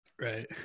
right